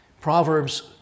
Proverbs